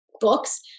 books